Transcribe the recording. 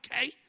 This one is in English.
okay